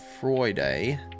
Friday